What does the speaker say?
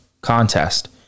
contest